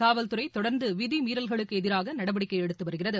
காவல்துறை தொடர்ந்து விதிமீறல்களுக்கு எதிராக நடவடிக்கை எடுத்து வருகிறது